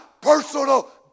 personal